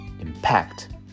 impact